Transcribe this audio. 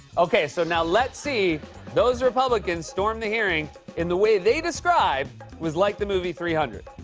okay, so now let's see those republicans storm the hearing in the way they described was like the movie three hundred.